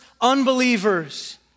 unbelievers